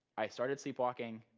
i started sleepwalking,